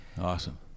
Awesome